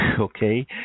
Okay